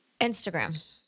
Instagram